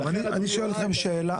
אני שואל שאלה.